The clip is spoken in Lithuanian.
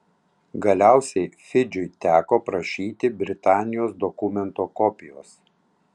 galiausiai fidžiui teko prašyti britanijos dokumento kopijos